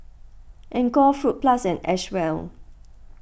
Anchor Fruit Plus and Acwell